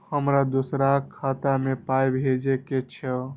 हमरा दोसराक खाता मे पाय भेजे के छै?